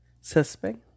suspect